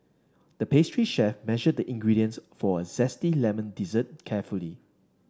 the pastry chef measured the ingredients for a zesty lemon dessert carefully